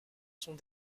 sont